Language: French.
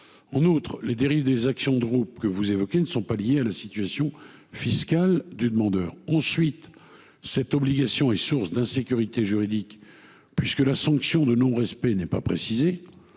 En outre, les dérives des actions de groupe que vous évoquez ne sont pas liées à la situation fiscale du demandeur. Par ailleurs, cette obligation serait source d’insécurité juridique, puisque la sanction de son non respect n’est pas précisée.